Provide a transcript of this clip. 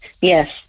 Yes